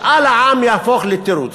משאל העם יהפוך לתירוץ.